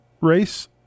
race